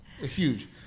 Huge